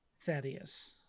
Thaddeus